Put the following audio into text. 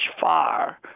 fire